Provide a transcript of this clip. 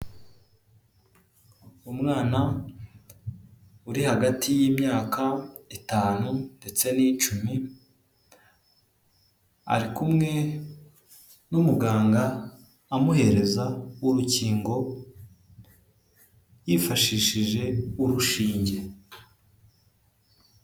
Umwana uri hagati y'imyaka itanu ndetse n'icumi ari kumwe n'umuganga amuhereza urukingo yifashishije urushinge.